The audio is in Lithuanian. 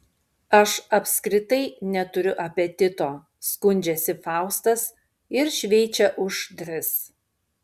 aš apskritai neturiu apetito skundžiasi faustas ir šveičia už tris